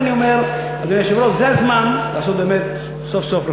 לכן אני אומר, זה הזמן לעשות רפורמה.